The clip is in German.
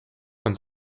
von